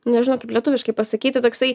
nežinau kaip lietuviškai pasakyti toksai